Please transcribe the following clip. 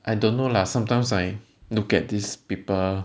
I don't know lah sometimes I look at these people